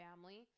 family